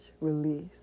release